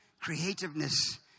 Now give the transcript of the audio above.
creativeness